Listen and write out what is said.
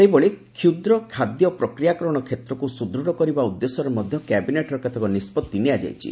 ସେହିଭଳି କ୍ଷୁଦ୍ର ଖାଦ୍ୟ ପ୍ରକ୍ରିୟାକରଣ କ୍ଷେତ୍ରକୁ ସୁଦୃଢ଼ କରିବା ଉଦ୍ଦେଶ୍ୟରେ ମଧ୍ୟ କ୍ୟାବିନେଟ୍ରେ କେତେକ ନିଷ୍ପଭି ନିଆଯାଇଛି